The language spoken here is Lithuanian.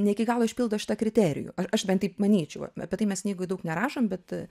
ne iki galo išpildo šitą kriterijų a aš bent taip manyčiau apie tai mes knygoj daug nerašom bet